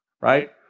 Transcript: Right